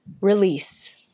Release